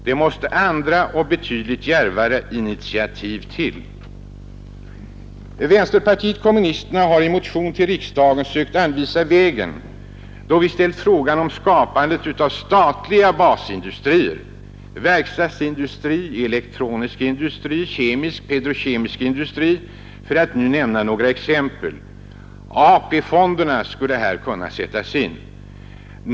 Det måste andra och betydligt djärvare initiativ till. Vänsterpartiet kommunisterna har i motion till riksdagen sökt anvisa vägen, då vi ställt frågan om skapandet av statliga basindustrier — verkstadsindustri, elektronisk industri, kemisk och petrokemisk industri, för att nu nämna några exempel. AP-fonderna skulle här kunna sättas in.